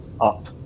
up